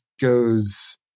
goes